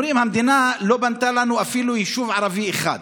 אומרים המדינה לא בנתה לנו אפילו יישוב ערבי אחד.